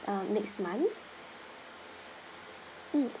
err next month mm